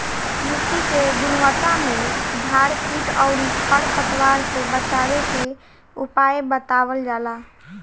मिट्टी के गुणवत्ता में सुधार कीट अउरी खर पतवार से बचावे के उपाय बतावल जाला